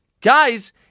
Guys